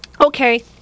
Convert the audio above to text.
Okay